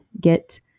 get